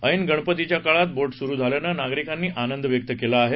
ऐन गणपतीच्या काळात बोट सुरू झाल्यान नागरिकांनी आनंद व्यक्त केला आहे